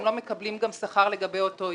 הם לא מקבלים שכר לגבי אותו יום,